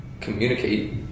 communicate